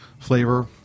flavor